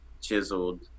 chiseled